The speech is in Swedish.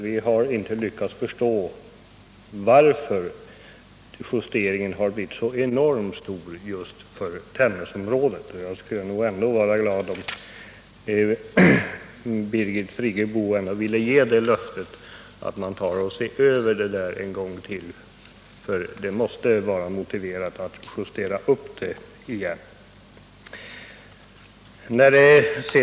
Vi har inte lyckats förstå varför justeringen har blivit så enormt stor just för Tännäsområdet. Jag skulle vara glad om Birgit Friggebo ville ge det löftet att man skall se över detta en gång till, för det måste vara motiverat att justera upp koefficienten igen.